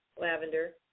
lavender